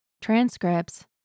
transcripts